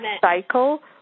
cycle